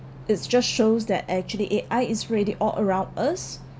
it's just shows that actually A_I is ready all around us